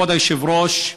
כבוד היושב-ראש,